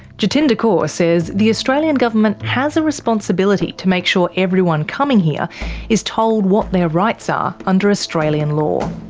jatinder kaur says the australian government has a responsibility to make sure everyone coming here is told what their rights are under australian law.